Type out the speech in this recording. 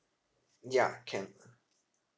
ya can